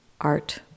art